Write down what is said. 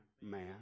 man